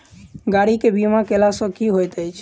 गाड़ी केँ बीमा कैला सँ की होइत अछि?